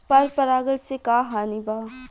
पर परागण से का हानि बा?